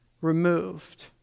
removed